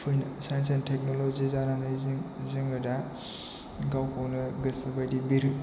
science and technology जानानै जोङो दा गाव गावनो गोसो बायदि